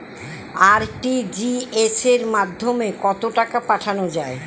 RTGS এর মাধ্যমে কত টাকা পাঠানো যায়?